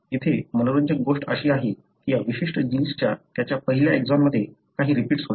येथे मनोरंजक गोष्ट अशी आहे की या विशिष्ट जीन्सची त्याच्या पहिल्या एक्सॉनमध्ये काही रिपीट्स होते